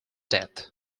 death